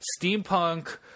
steampunk